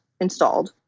installed